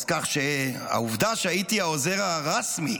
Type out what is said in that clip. אז כך העובדה שהייתי העוזר הרשמי